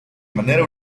manera